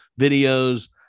videos